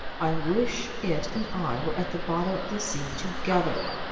i wish it and i were at the bottom of the sea together!